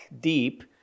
deep